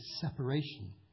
separation